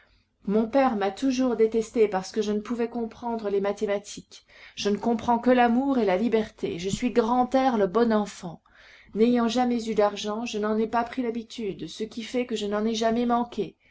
mon père m'a toujours détesté parce que je ne pouvais comprendre les mathématiques je ne comprends que l'amour et la liberté je suis grantaire le bon enfant n'ayant jamais eu d'argent je n'en ai pas pris l'habitude ce qui fait que je n'en ai jamais manqué